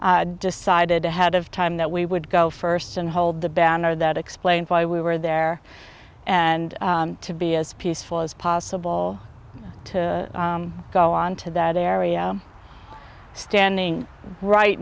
had decided ahead of time that we would go first and hold the banner that explains why we were there and to be as peaceful as possible to go on to that area standing right